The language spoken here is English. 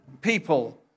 people